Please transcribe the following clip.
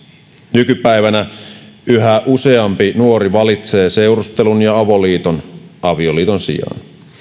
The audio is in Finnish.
nykypäivänä yhä useampi nuori valitsee seurustelun ja avoliiton avioliiton sijaan